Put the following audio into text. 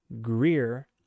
Greer